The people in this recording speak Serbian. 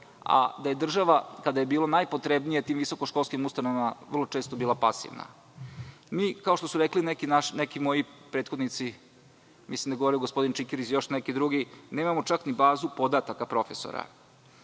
a da je država kada je bilo najpotrebnije tim visokoškolskim ustanovama vrlo često bila pasivna. Kao što su rekli neki moji prethodnici, mislim da je govorio gospodin Čikiriz, nemamo čak ni bazu podataka profesora.